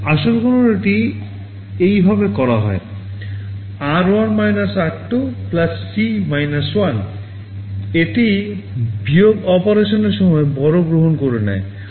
আসল গণনাটি এইভাবে করা হয় r1 r 2 C 1 এটি বিয়োগ অপারেশনের সময় borrow গ্রহণ করে নেয়